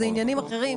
זה עניינים אחרים.